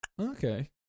Okay